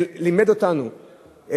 זה לימד אותנו,